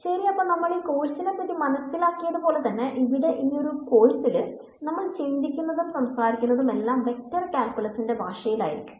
ശരി അപ്പൊ നമ്മൾ ഈ കോഴ്സിനെ പറ്റി മനസിലാക്കിയത് പോലെ തന്നെ ഇവിടെ ഈ ഒരു കോഴ്സിൽ നമ്മൾ ചിന്തിക്കുന്നതും സംസാരിക്കുന്നതും എല്ലാം വെക്ടർ കാൽക്യൂലസിന്റെ ഭാഷയിൽ ആയിരിക്കും